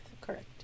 correct